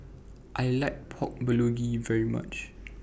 I like Pork Bulgogi very much